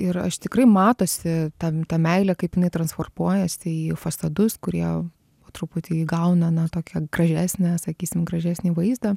ir aš tikrai matosi tam ta meilė kaip jinai transformuojasi į fasadus kurie po truputį įgauna na tokią gražesnę sakysim gražesnį vaizdą